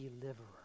deliverer